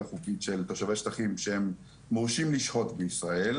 חוקית של תושבי שטחים שהם מורשים לשהות בישראל,